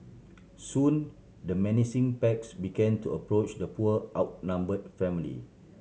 soon the menacing packs begin to approach the poor outnumbered family